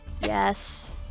yes